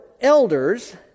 elders